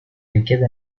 richiede